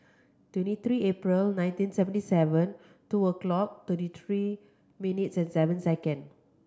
twenty three April nineteen seventy seven two o'clock thirty three minutes and seven second